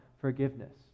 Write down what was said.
forgiveness